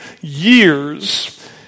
years